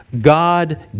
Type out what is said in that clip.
God